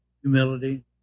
humility